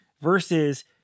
versus